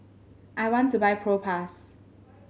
I want to buy Propass